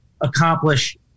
accomplish